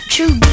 True